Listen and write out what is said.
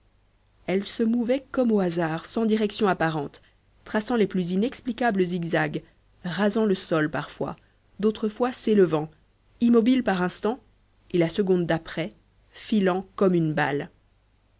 elle se mouvait comme au hasard sans direction apparente traçant les plus inexplicables zigzags rasant le sol parfois d'autres fois s'élevant immobile par instants et la seconde d'après filant comme une balle